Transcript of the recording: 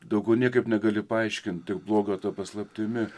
daugiau niekaip negali paaiškint tik bloga ta paslaptimi